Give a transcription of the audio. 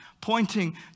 pointing